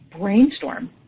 brainstorm